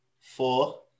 four